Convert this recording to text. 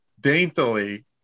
daintily